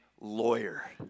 lawyer